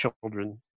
Children